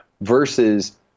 versus